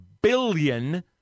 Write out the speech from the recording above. billion